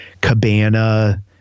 Cabana